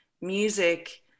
music